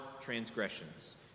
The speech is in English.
transgressions